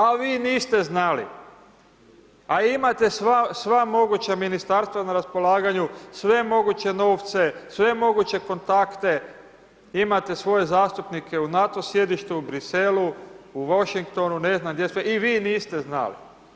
A vi niste znali, a imate sva, sva moguća Ministarstva na raspolaganju, sve moguće novce, sve moguće kontakte, imate svoje zastupnike u NATO sjedištu u Bruxelles-u, u Washington-u, ne znam gdje sve, i vi niste znali.